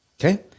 Okay